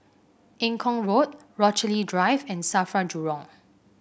Eng Kong Road Rochalie Drive and Safra Jurong